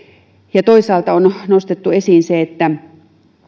ja toisaalta on nostettu esiin se että